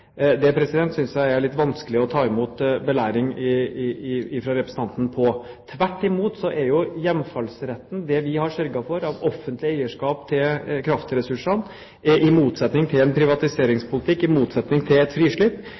synes jeg det er litt vanskelig å ta imot. Tvert imot er hjemfallsretten, det vi har sørget for av offentlig eierskap til kraftressursene – i motsetning til en privatiseringspolitikk, i motsetning til et frislipp